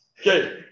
Okay